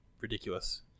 ridiculous